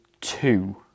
two